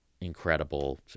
incredible